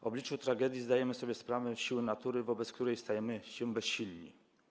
W obliczu tragedii zdajemy sobie sprawę z siły natury, wobec której stajemy się bezsilni.